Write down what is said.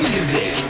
Music